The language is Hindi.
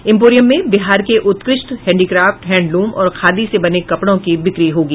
इंपोरियम में बिहार के उत्कृष्ठ हैडीक्राफ्ट हैंडलूम और खादी से बने कपड़ों की बिक्री होगी